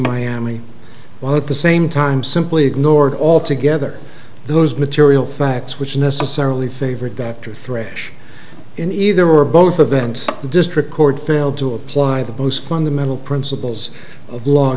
miami while at the same time simply ignored altogether those material facts which necessarily favored that to thrash in either or both of them so the district court failed to apply the most fundamental principles of law